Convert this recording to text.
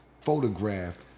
photographed